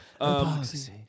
Epoxy